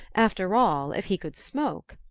after all, if he could smoke!